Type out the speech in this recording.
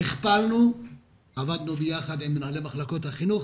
שכפלנו - עבדנו ביחד עם מנהלי מחלקות החינוך,